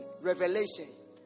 revelations